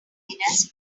loneliness